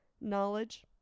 knowledge